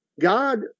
God